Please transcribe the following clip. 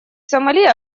сомали